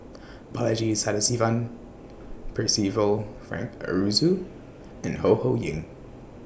Balaji Sadasivan Percival Frank Aroozoo and Ho Ho Ying